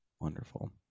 Wonderful